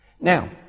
Now